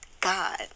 God